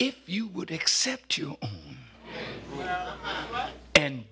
if you would accept you and